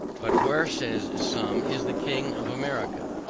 but where says some is the king of america?